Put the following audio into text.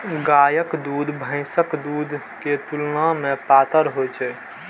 गायक दूध भैंसक दूध के तुलना मे पातर होइ छै